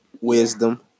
Wisdom